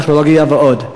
הטכנולוגיה ועוד.